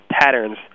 patterns